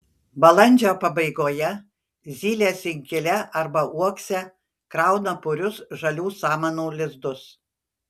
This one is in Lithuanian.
balandžio pabaigoje zylės inkile arba uokse krauna purius žalių samanų lizdus